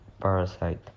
Parasite